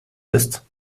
ist